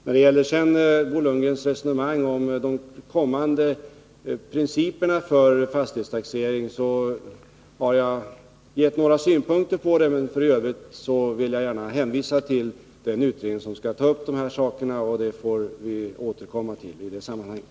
När det gäller Bo Lundgrens resonemang om de kommande principerna för fastighetstaxering har jag gett några synpunkter på det, men f. ö. vill jag gärna hänvisa till den utredning som skall ta upp de här sakerna. Vi får återkomma till frågan i det sammanhanget.